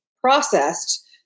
processed